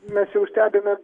mes jau stebime